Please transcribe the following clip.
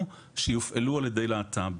שיופעלו על ידי להט"ב.